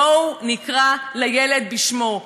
בואו נקרא לילד בשמו.